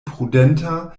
prudenta